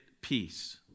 peace